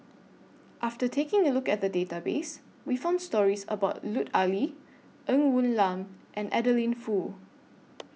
after taking A Look At The Database We found stories about Lut Ali Ng Woon Lam and Adeline Foo